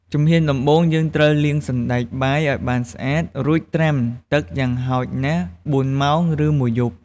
ជំហានដំបូង យើងត្រូវលាងសណ្ដែកបាយឲ្យបានស្អាត រួចត្រាំទឹកយ៉ាងហោចណាស់៤ ម៉ោង ឬមួយយប់។